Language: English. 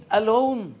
alone